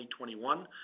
2021